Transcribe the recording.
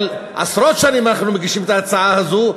אבל עשרות שנים אנחנו מגישים את ההצעה הזאת.